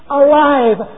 alive